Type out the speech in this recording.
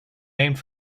named